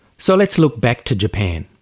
so let's look back to japan.